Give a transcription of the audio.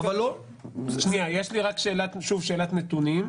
יש לי שאלת נתונים.